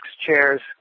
chairs